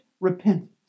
repentance